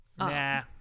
Nah